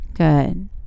Good